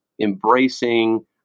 embracing